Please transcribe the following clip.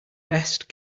best